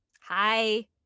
Hi